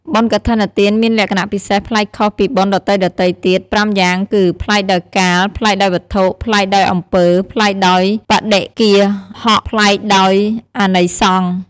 បុណ្យកឋិនទានមានក្ខណៈពិសេសប្លែកខុសពីបុណ្យដទៃៗទៀត៥យ៉ាងគឺ ប្លែកដោយកាល ប្លែកដោយវត្ថុ ប្លែកដោយអំពើ ប្លែកដោយបដិគ្គាហក ប្លែកដោយអានិសង្ស ។